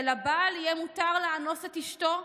שלבעל יהיה מותר לאנוס את אשתו?